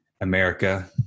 America